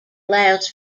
allows